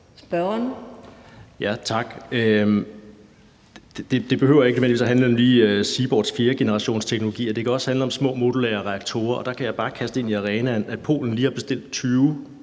behøver ikke nødvendigvis lige at handle om Seaborgs fjerdegenerationsteknologier, det kan også handle om små modulære reaktorer, og der kan jeg bare kaste ind i arenaen, at Polen lige har bestilt 20